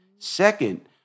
Second